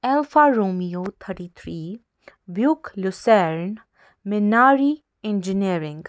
Alfa Romeo thirty three Buick لیٛوسینٛڈ مِناری engineering